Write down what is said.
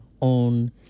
on